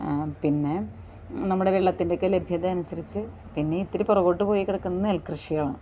പിന്നെ നമ്മുടെ വെള്ളത്തിൻ്റെയൊക്കെ ലഭ്യതയനുസരിച്ച് പിന്നെ ഇത്തിരി പിറകോട്ട് പോയിക്കിടക്കുന്നത് നെൽകൃഷിയാണ്